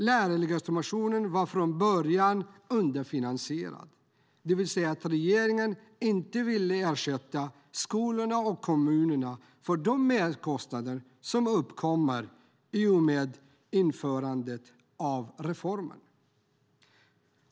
Lärarlegitimationen var från början underfinansierad, det vill säga att regeringen inte ville ersätta skolorna och kommunerna för de merkostnader som uppkommer i och med införandet av reformen.